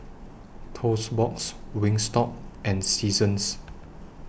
Toast Box Wingstop and Seasons